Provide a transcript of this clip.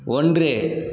ஒன்று